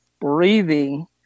breathing